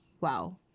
wow